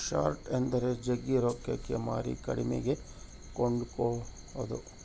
short ಎಂದರೆ ಜಗ್ಗಿ ರೊಕ್ಕಕ್ಕೆ ಮಾರಿ ಕಡಿಮೆಗೆ ಕೊಂಡುಕೊದು